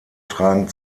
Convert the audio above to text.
tragen